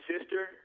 sister